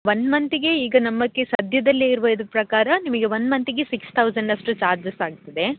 one ಮಂತಿಗೆ ಈಗ ನಮ್ಮಕೆ ಸದ್ಯದಲ್ಲಿ ಇರುವ ಇದು ಪ್ರಕಾರ ನಿಮಗೆ ವನ್ ಮಂತಿಗೆ ಸಿಕ್ಸ್ ತೌಸಂಡಷ್ಟು ಚಾರ್ಜರ್ಸ್ ಆಗ್ತದೆ